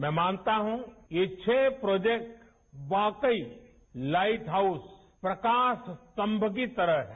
मैं मानता हूं ये छह प्रोजेक्ट वाकई लाइट हाउस प्रकाश स्तम्म की तरह हैं